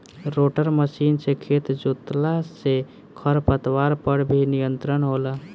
rotor machine से खेत जोतला से खर पतवार पर भी नियंत्रण होला